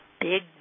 Big